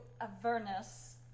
Avernus